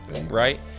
Right